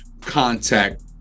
contact